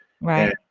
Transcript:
Right